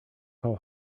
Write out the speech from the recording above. call